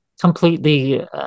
Completely